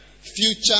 Future